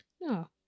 No